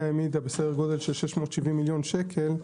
העמידה בסדר גודל של 670 מיליון שקל,